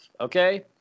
Okay